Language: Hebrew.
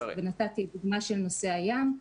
למשל הדוגמה של נושא הים,